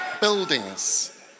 buildings